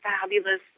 fabulous